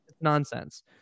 nonsense